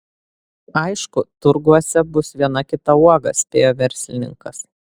aišku turguose bus viena kita uoga spėjo verslininkas